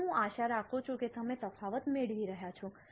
તેથી હું આશા રાખું છું કે તમે તફાવત મેળવી રહ્યા છો